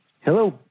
Hello